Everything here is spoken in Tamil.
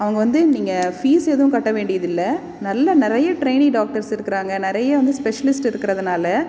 அவங்க வந்து நீங்கள் ஃபீஸ் எதுவும் கட்ட வேண்டியது இல்லை நல்ல நிறைய ட்ரைனி டாக்டர்ஸ் இருக்கிறாங்க நிறைய வந்து ஸ்பெஷலிஸ்ட் இருக்குறதுனால்